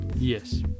Yes